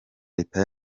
leta